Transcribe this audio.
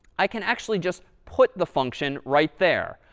i can actually just put the function right there.